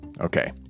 Okay